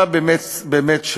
באמת,